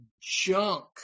junk